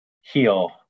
heal